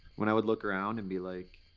when i would look around and be like,